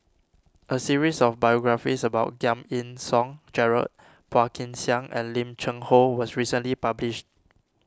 a series of biographies about Giam Yean Song Gerald Phua Kin Siang and Lim Cheng Hoe was recently published